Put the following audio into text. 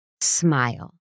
Smile